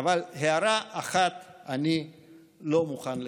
אבל הערה אחת אני לא מוכן לקבל.